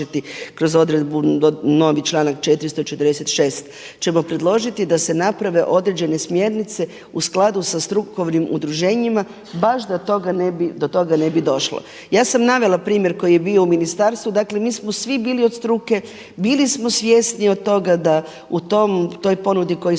kroz odredbu novi članak 400. i 46. ćemo predložiti da se naprave određene smjernice u skladu sa strukovnim udruženjima baš da do toga ne bi došlo. Ja sam navela primjer koji je bio u ministarstvu. Dakle, mi smo svi bili od struke, bili smo svjesni od toga da u tom, toj ponudi koju smo